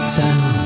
town